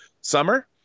summer